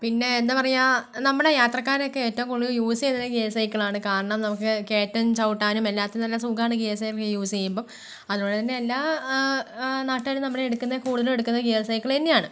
പിന്നെ എന്താ പറയാ നമ്മുടെ യാത്രക്കാരൊക്കെ ഏറ്റവും കൂടുതൽ യൂസ് ചെയ്യുന്നത് ഗിയർ സൈക്കിൾ ആണ് കാരണം നമുക്ക് കയറ്റം ചവിട്ടാനും എല്ലാത്തിനും നല്ല സുഖമാണ് ഗിയർ സൈക്കിൾ യൂസ് ചെയ്യുമ്പം അതുപോലെ തന്നെ എല്ലാ നാട്ടുകാരും നമ്മൾ എടുക്കുന്നത് കൂടുതലും എടുക്കുന്നത് ഗിയർ സൈക്കിള് തന്നെയാണ്